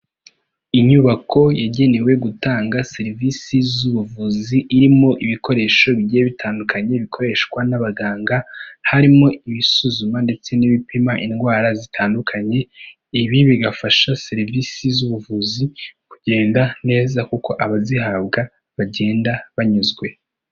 Inyubako yagenewe gutanga serivisi z'ubuvuzi irimo ibikoresho bigiye bitandukanye bikoreshwa n'abaganga, harimo ibisuzuma ndetse n'ibipima indwara zitandukanye, ibi bigafasha serivisi z'ubuvuzi kugenda neza kuko abazihabwa bagenda banyuzwe.